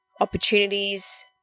opportunities